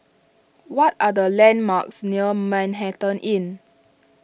what are the landmarks near Manhattan Inn